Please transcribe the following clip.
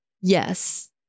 Yes